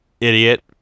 Idiot